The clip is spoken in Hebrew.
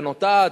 שנוטעת,